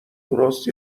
درست